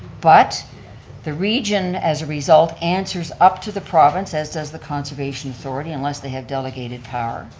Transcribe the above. but the region, as a result, answers up to the province, as does the conservation authority, unless they have delegated power.